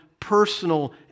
personal